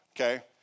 Okay